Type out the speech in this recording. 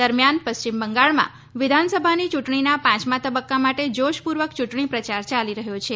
દરમિયાન પશ્ચિમ બંગાળમાં વિધાનસભાની યૂંટણીના પાંચમા તબક્કા માટે જોશપૂર્વક યુંટણી પ્રયાર ચાલી રહ્યો છે